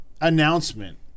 announcement